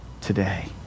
today